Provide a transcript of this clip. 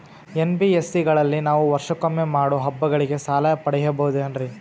NBSC ಗಳಲ್ಲಿ ನಾವು ವರ್ಷಕೊಮ್ಮೆ ಮಾಡೋ ಹಬ್ಬಗಳಿಗೆ ಸಾಲ ಪಡೆಯಬಹುದೇನ್ರಿ?